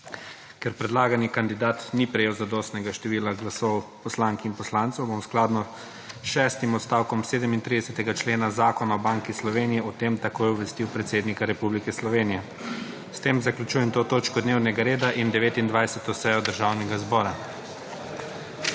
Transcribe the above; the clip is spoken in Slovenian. Ker predlagani kandidat ni prejel zadostnega števila glasov poslank in poslancev, bom skladno s šestim odstavkom 37. člena Zakona o Banki Slovenije o tem takoj obvestil predsednika Republike Slovenije. S tem zaključujem to točko dnevnega reda in 29. sejo Državnega zbora.